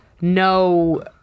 no